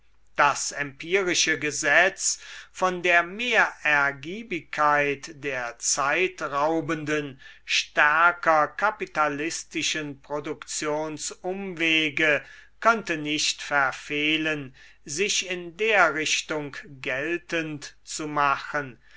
das empirische gesetz von der mehrergiebigkeit der zeitraubenden stärker kapitalistischen produktionsumwege könnte nicht verfehlen sich in der richtung geltend zu machen